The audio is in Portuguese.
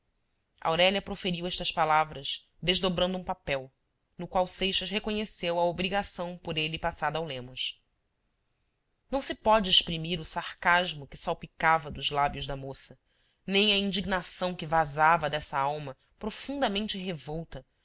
aurélia proferiu estas palavras desdobrando um papel no qual seixas reconheceu a obrigação por ele passada ao lemos não se pode exprimir o sarcasmo que salpicava dos lábios da moça nem a indignação que vazava dessa alma profundamente revolta